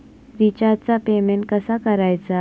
रिचार्जचा पेमेंट कसा करायचा?